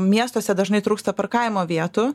miestuose dažnai trūksta parkavimo vietų